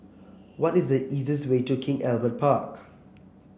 what is the easiest way to King Albert Park